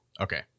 Okay